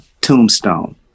Tombstone